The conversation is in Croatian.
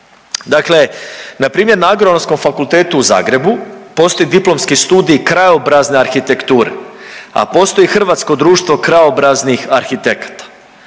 Dakle, npr. na Agronomskom fakultetu u Zagrebu postoji Diplomski studij krajobrazna arhitektura, a postoji Hrvatsko društvo krajobraznih arhitekata